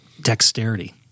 dexterity